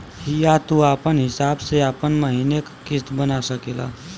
हिंया तू आपन हिसाब से आपन महीने का किस्त बना सकेल